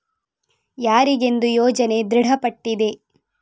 ಯಾರಿಗೆಂದು ಯೋಜನೆ ದೃಢಪಟ್ಟಿದೆ?